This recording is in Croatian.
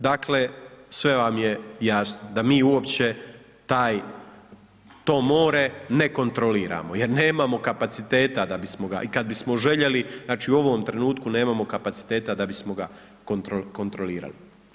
Dakle, sve vam je jasno da mi uopće taj, to more ne kontroliramo, jer nemamo kapaciteta da bismo ga i kad bismo željeli, znači u ovom trenutku nemamo kapaciteta da bismo ga kontrolirali.